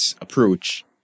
approach